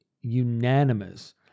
unanimous